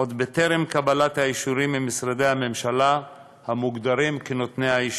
עוד טרם קבלת האישורים ממשרדי הממשלה המוגדרים כנותני האישור.